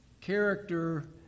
Character